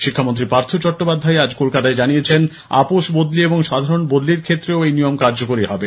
শিক্ষামন্ত্রী পার্থ চট্টোপাধ্যায় আজ কলকাতায় জানিয়েছেন আপোষ বদলি ও সাধারণ বদলির ক্ষেত্রেও এই নিয়ম কার্যকরী হবে